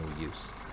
use